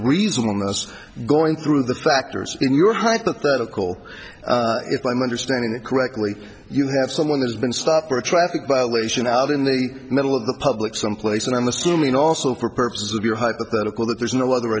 that's going through the factors in your hypothetical if i'm understanding it correctly you have someone who has been stopped for a traffic violation out in the middle of the public someplace and i'm assuming also for purposes of your hypothetical that there's no other